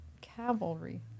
cavalry